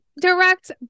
direct